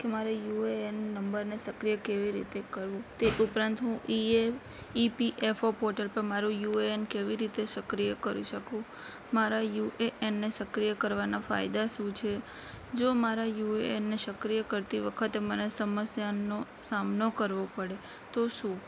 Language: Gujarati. કે મારે યુએએન નંબરને સક્રિય કેવી રીતે કરવું તે ઉપરાંત હું E P F O portal પર મારો યુએએન કેવી રીતે સક્રિય કરી શકું મારા યુએએનને સક્રિય કરવાના ફાયદા શું છે જો મારા યુએએનને સક્રિય કરતી વખતે મને સમસ્યાનો સામનો કરવો પડે તો શું